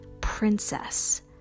princess